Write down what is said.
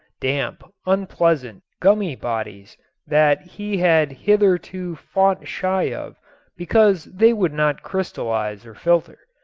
damp, unpleasant, gummy bodies that he had hitherto fought shy of because they would not crystallize or filter.